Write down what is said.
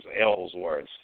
Ellsworth